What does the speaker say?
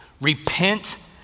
Repent